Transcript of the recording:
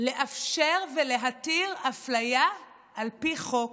לאפשר ולהתיר אפליה על פי חוק,